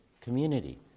community